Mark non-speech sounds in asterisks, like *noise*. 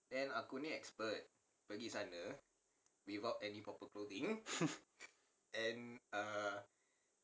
*laughs*